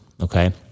Okay